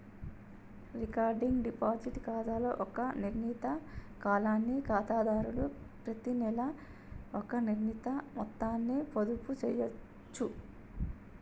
recurring deposit ఖాతాలో ఒక నిర్ణీత కాలానికి ఖాతాదారుడు ప్రతినెలా ఒక నిర్ణీత మొత్తాన్ని పొదుపు చేయచ్చు